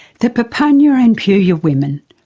the papunya and puuya women,